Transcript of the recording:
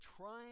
trying